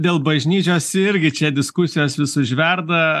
dėl bažnyčios irgi čia diskusijos vis užverda